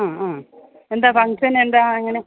മ്ഹ് മ്ഹ് എന്താ ഫങ്ങ്ഷന് എന്താണ് അങ്ങനെ